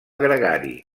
gregari